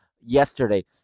yesterday